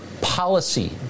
policy